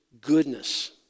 goodness